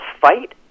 fight